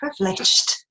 privileged